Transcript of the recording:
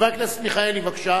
חבר הכנסת מיכאלי, בבקשה.